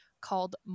called